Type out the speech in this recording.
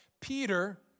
Peter